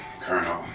Colonel